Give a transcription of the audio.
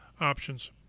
options